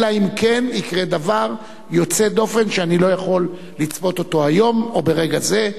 אלא אם כן יקרה דבר יוצא דופן שאני לא יכול לצפות אותו היום או ברגע זה,